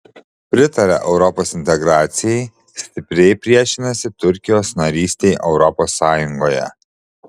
pritaria europos integracijai stipriai priešinasi turkijos narystei europos sąjungoje